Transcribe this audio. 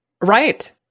Right